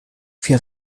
vier